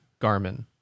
Garmin